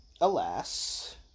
alas